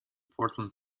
portland